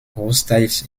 großteils